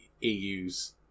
EU's